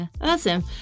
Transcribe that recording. awesome